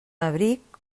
abric